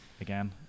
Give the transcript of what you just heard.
Again